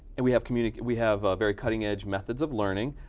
and we have community, we have very cutting-edge methods of learning.